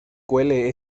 cuele